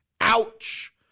Ouch